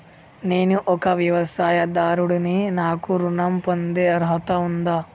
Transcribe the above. నేను ఒక వ్యవసాయదారుడిని నాకు ఋణం పొందే అర్హత ఉందా?